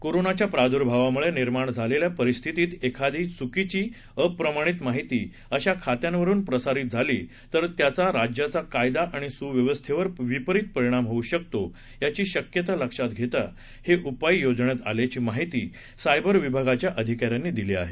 कोरोनाच्या प्रादुर्भावामुळे निर्माण झालेल्या परिस्थितीत एखादी चुकीची अप्रमाणित माहिती अशा खात्यांवरून प्रसारित झाली तर त्याचा राज्याच्या कायदा आणि सुव्यवस्थेवर विपरित परिणाम होऊ शकतो याची शक्यता लक्षात घेता हे उपाय योजण्यात आल्याची माहिती सायबर विभागाच्या अधिकाऱ्यांनी दिली आहे